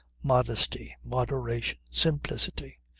modesty, moderation, simplicity.